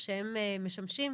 אבל להצמיד